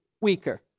weaker